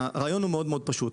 הרעיון הוא מאוד מאוד פשוט.